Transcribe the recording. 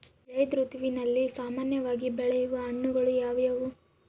ಝೈಧ್ ಋತುವಿನಲ್ಲಿ ಸಾಮಾನ್ಯವಾಗಿ ಬೆಳೆಯುವ ಹಣ್ಣುಗಳು ಯಾವುವು?